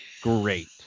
great